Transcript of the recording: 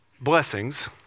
blessings